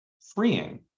freeing